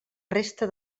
resta